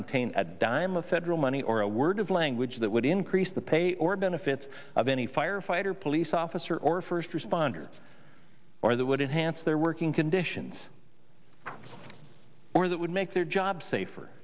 contain a dime of federal money or a word of language that would increase the pay or benefits of any firefighter police officer or first responders or that would hance their working conditions or that would make their job safer